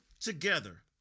together